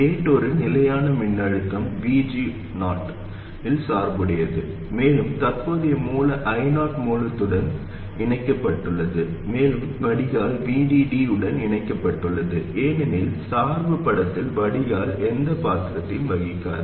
gate ஒரு நிலையான மின்னழுத்த VG0 இல் சார்புடையது மேலும் தற்போதைய மூல I0 மூலத்துடன் இணைக்கப்பட்டுள்ளது மேலும் வடிகால் VDD உடன் இணைக்கப்பட்டுள்ளது ஏனெனில் சார்பு படத்தில் வடிகால் எந்தப் பாத்திரத்தையும் வகிக்காது